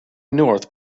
north